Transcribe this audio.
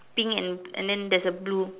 pink and and then there is a blue